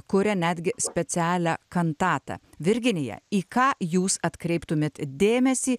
kuria netgi specialią kantatą virginija į ką jūs atkreiptumėt dėmesį